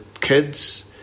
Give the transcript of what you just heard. kids